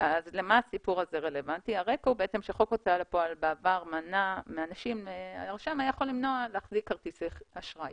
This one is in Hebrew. חוק ההוצאה לפועל בעבר מנע מאנשים להחזיק כרטיסי אשראי